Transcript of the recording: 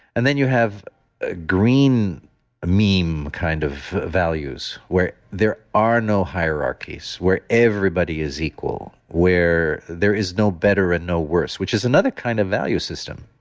and then you have a green meme kind of values where there are no hierarchies, where everybody is equal, where there is no better and no worse, which is another kind of value system,